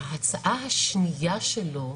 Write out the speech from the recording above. ההצעה השנייה שלו,